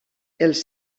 els